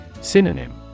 Synonym